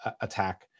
attack